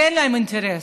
כי אין להם אינטרס,